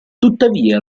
tuttavia